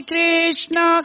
Krishna